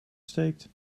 steekt